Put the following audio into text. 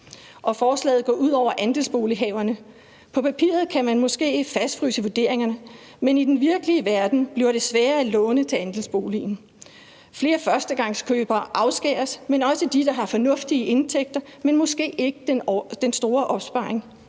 Forslaget går ud over andelsbolighaverne. På papiret kan man måske fastfryse vurderingerne, men i den virkelige verden bliver det sværere at låne til andelsboligen. Flere førstegangskøbere afskæres, men også de, der har fornuftige indtægter, men måske ikke den store opsparing.